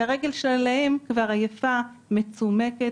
כי הרגל שלהם כבר עייפה, מצומקת,